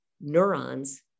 neurons